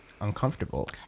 uncomfortable